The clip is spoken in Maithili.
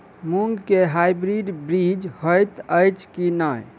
मूँग केँ हाइब्रिड बीज हएत अछि की नै?